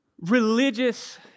religious